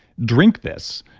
drink this.